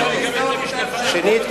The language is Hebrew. שנית,